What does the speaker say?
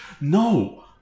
No